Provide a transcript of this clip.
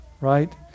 right